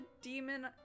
demon